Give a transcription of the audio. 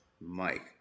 Mike